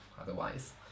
otherwise